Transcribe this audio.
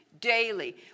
Daily